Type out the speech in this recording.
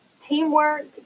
Teamwork